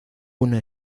una